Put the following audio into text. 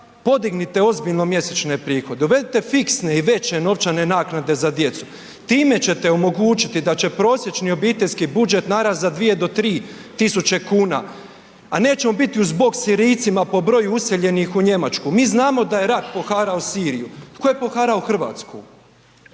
podignite ozbiljno mjesečne prihode, uvedite fiksne i veće novčane naknade za djecu. Time ćete omogućiti da će prosječni obiteljski budžet narast za 2 do 3.000 kuna, a nećemo biti uz bok Sirijcima po broju useljenih u Njemačku. Mi znamo da je rat poharao Siriju, tko je poharao Hrvatsku?